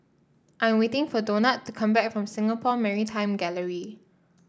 I am waiting for Donat to come back from Singapore Maritime Gallery